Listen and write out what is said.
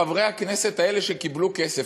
חברי הכנסת האלה שקיבלו כסף,